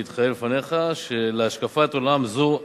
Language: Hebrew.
אני יכול להתחייב בפניך שלהשקפת עולם זו,